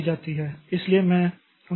इसलिए मैं उन्हें समानांतर में नहीं कर सकता